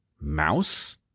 mouse